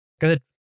Good